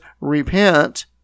repent